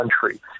country